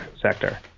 sector